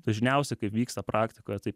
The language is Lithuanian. dažniausiai kaip vyksta praktikoje tai